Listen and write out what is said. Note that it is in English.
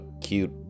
cute